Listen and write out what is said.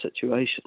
situation